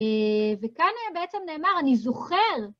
וכאן היה בעצם נאמר, אני זוכר...